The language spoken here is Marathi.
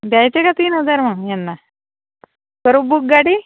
द्यायचे का तीन हजार मग यांना करू बुक गाडी